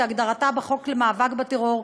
כהגדרתה בחוק המאבק בטרור,